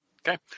Okay